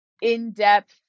in-depth